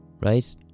right